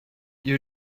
you